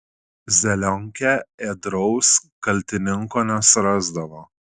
zelionkė ėdraus kaltininko nesurasdavo